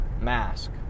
mask